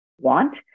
want